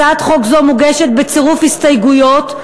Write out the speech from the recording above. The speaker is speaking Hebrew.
הצעת חוק זו מוגשת בצירוף הסתייגויות.